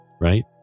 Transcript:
right